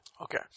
Okay